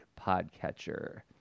podcatcher